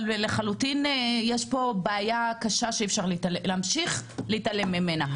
אבל לחלוטין יש פה בעיה קשה שאי אפשר להמשיך להתעלם ממנה,